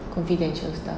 confidential stuff